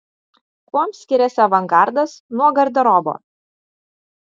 kuom skiriasi avangardas nuo garderobo